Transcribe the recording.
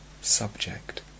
subject